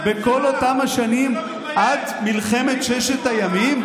בכל אותן השנים עד מלחמת ששת הימים.